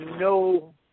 no